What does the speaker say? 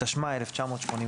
התשמ"א-1981".